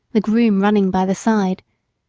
the groom running by the side.